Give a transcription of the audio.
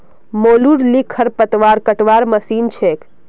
मोलूर ली खरपतवार कटवार मशीन छेक